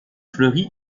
fleuri